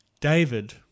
David